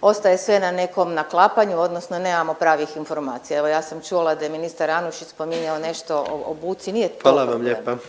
ostaje sve na nekom naklapanju odnosno nemamo pravnih informacija. Evo ja sam čula da je ministar Anušić spominjao nešto o buci …/Govornici govore